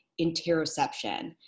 interoception